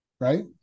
right